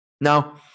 Now